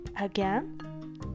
again